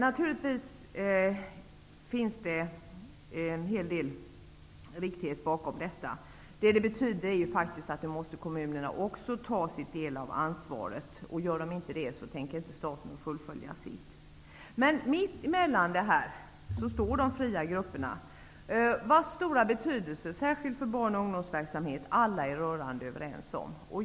Naturligtvis finns det en hel del riktighet bakom detta. Vad det betyder är ju faktiskt att kommunerna också måste ta sin del av ansvaret. Om de inte gör det kommer staten inte att fullfölja sitt ansvar. Men mittemellan detta står de fria grupperna, vilkas stora betydelse, särskilt för barn och ungdomsverksamhet, alla är rörande överens om.